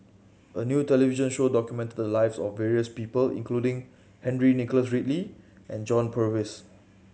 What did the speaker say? a new television show documented the lives of various people including Henry Nicholas Ridley and John Purvis